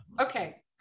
Okay